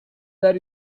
that